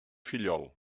fillol